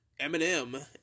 Eminem